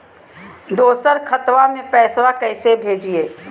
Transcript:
दोसर खतबा में पैसबा कैसे भेजिए?